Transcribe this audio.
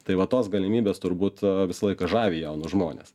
tai va tos galimybės turbūt visą laiką žavi jaunus žmones